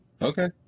okay